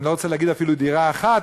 אני לא רוצה להגיד אפילו דירה אחת,